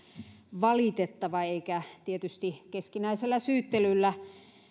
valitettava eikä tietysti keskinäisellä syyttelyllä